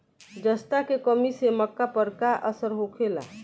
जस्ता के कमी से मक्का पर का असर होखेला?